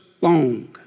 long